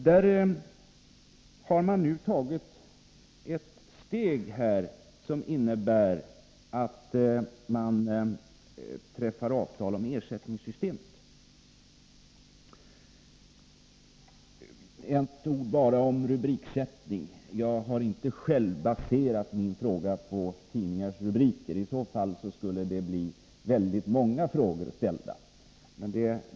Där har man nu tagit ett steg som innebär att man träffar avtal om ersättningssystemet. Ett ord bara om rubriksättning. Jag har inte baserat min fråga på tidningars rubriker. I så fall skulle det bli väldigt många frågor ställda.